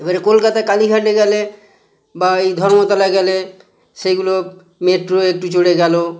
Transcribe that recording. এবারে কলকাতায় কালীঘাটে গেলে বা এই ধর্মতলায় গেলে সেইগুলো মেট্রো একটু চড়ে গেলো